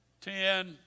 ten